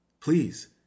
Please